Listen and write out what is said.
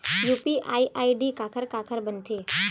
UPI ID काखर काखर बनथे?